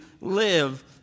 live